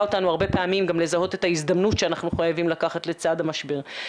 אותנו הרבה פעמים גם לזהות את ההזדמנות שאנחנו חייבים לקחת לצד המשבר.